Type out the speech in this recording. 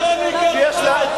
למדינת ישראל,